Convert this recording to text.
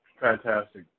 Fantastic